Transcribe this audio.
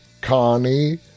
Connie